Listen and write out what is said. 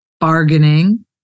bargaining